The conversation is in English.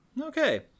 Okay